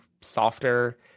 softer